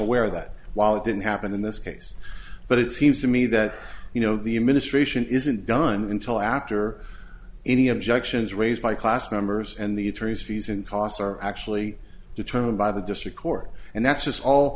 aware that while it didn't happen in this case but it seems to me that you know the administration isn't done until after any objections raised by class members and the attorneys fees and costs are actually determined by the district court and that's just all